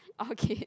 okay